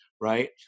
right